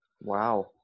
Wow